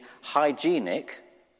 hygienic